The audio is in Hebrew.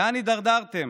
לאן הידרדרתם?